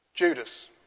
Judas